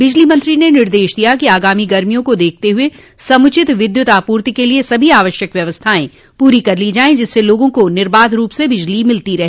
बिजली मंत्री ने निर्देश दिया कि आगामी गर्मियों को देखते हुए समुचित विद्युत आपूर्ति के लिये सभी आवश्यक व्यवस्थाएं पूरी कर ली जाये जिससे लोगों को निर्बाधरूप से बिजली मिलती रहे